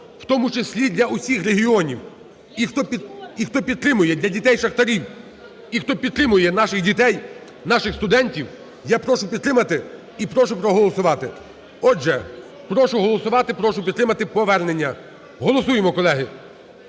в тому числі для всіх регіонів. І хто підтримує… Для дітей шахтарів… І хто підтримує наших дітей, наших студентів, я прошу підтримати і прошу проголосувати. Отже, прошу голосувати, прошу підтримати повернення. Голосуємо, колеги,